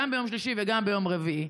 גם ביום שלישי וגם ביום רביעי.